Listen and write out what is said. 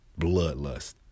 bloodlust